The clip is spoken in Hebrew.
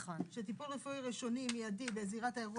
שטיפול רפואי ראשוני מיידי בזירת האירוע,